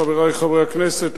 חברי חברי הכנסת,